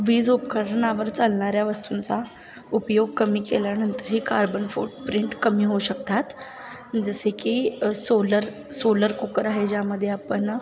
वीज उपकरणावर चालणाऱ्या वस्तूंचा उपयोग कमी केल्यानंतरही कार्बन फूटप्रिंट कमी होऊ शकतात जसे की सोलर सोलर कुकर आहे ज्यामध्ये आपण